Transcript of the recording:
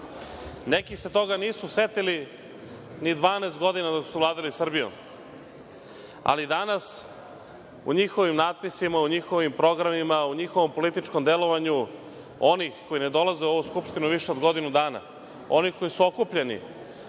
se toga nisu setili ni 12 godina dok su vladali Srbijom, ali danas u njihovim natpisima, u njihovim programima, u njihovom političkom delovanju, onih koji ne dolaze u ovu Skupštinu više od godinu dana, onih koji su okupljeni